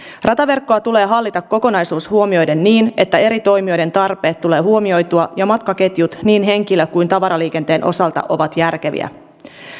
rataverkkoa tulee hallita kokonaisuus huomioiden niin että eri toimijoiden tarpeet tulee huomioitua ja matkaketjut niin henkilö kuin tavaraliikenteen osalta ovat järkeviä